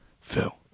Phil